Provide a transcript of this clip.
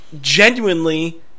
genuinely